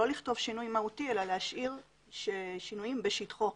לא לכתוב שינוי מהותי אלא להשאיר שינויים בשטחו.